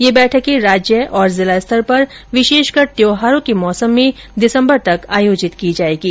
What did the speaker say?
ये बैठकें राज्य और जिला स्तर पर विशेषकर त्यौहारों के मौसम में दिसंबर तक आयोजित की जाएंगी